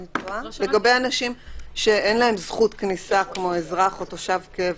לגבי אנשים שאין להם זכות כניסה כמו אזרח או תושב קבע,